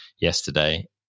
yesterday